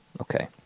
Okay